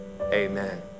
amen